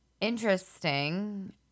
interesting